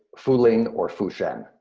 fu ling or fu shen.